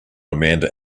amanda